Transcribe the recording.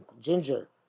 ginger